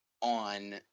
on